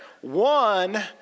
One